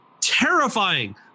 terrifying